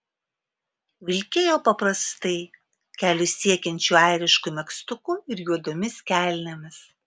vilkėjo paprastai kelius siekiančiu airišku megztuku ir juodomis kelnėmis